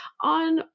on